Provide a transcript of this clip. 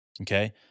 Okay